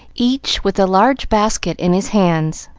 each with a large basket in his hands.